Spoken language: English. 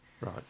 Right